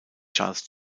charles